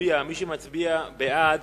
מי שמצביע בעד